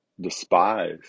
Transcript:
despise